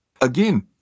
Again